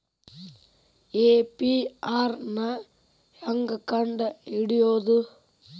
APR ನ ಹೆಂಗ್ ಕಂಡ್ ಹಿಡಿಯೋದು?